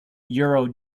euro